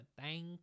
thank